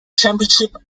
championship